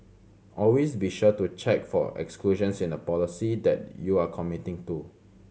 always be sure to check for exclusions in the policy that you are committing to